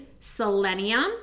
selenium